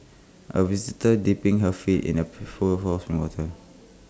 A visitor dipping her feet in A pail full of spring water